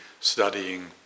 studying